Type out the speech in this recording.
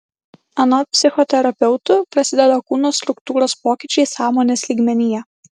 anot psichoterapeutų prasideda kūno struktūros pokyčiai sąmonės lygmenyje